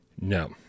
No